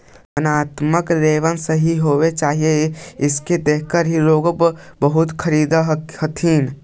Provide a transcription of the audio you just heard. वर्णात्मक लेबल सही होवे चाहि इसको देखकर ही लोग वस्तु खरीदअ हथीन